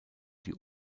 die